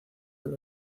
del